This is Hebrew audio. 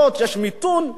יש מיתון,